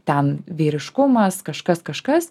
ten vyriškumas kažkas kažkas